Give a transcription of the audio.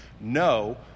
No